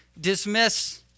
dismiss